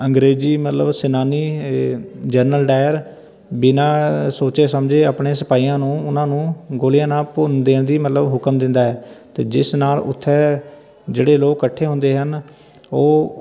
ਅੰਗਰੇਜ਼ੀ ਮਤਲਬ ਸੈਨਾਨੀ general Dyer ਬਿਨਾਂ ਸੋਚੇ ਸਮਝੇ ਆਪਣੇ ਸਿਪਾਹੀਆਂ ਨੂੰ ਉਹਨਾਂ ਨੂੰ ਗੋਲੀਆਂ ਨਾਲ ਭੁੰਨ ਦੇਣ ਦੀ ਮਤਲਬ ਹੁਕਮ ਦਿੰਦਾ ਹੈ ਅਤੇ ਜਿਸ ਨਾਲ ਉੱਥੇ ਜਿਹੜੇ ਲੋਕ ਇਕੱਠੇ ਹੁੰਦੇ ਹਨ ਉਹ